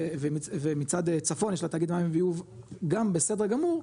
ומצד צפון יש לה תאגיד מים ביוב גם בסדר גמור,